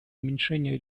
уменьшение